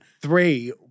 Three